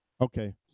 Okay